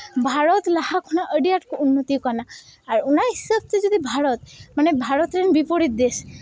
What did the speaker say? ᱵᱷᱟᱨᱚᱛ ᱞᱟᱦᱟ ᱠᱷᱚᱱᱟᱜ ᱟᱹᱰᱤ ᱟᱸᱴ ᱠᱚ ᱩᱱᱱᱚᱛᱤ ᱠᱟᱱᱟ ᱟᱨ ᱚᱱᱟ ᱦᱤᱥᱟᱹᱵ ᱛᱮ ᱡᱚᱫᱤ ᱵᱷᱟᱨᱚᱛ ᱢᱟᱱᱮ ᱵᱷᱟᱨᱚᱛ ᱨᱮᱱ ᱵᱤᱯᱚᱨᱤᱛ ᱫᱮᱥ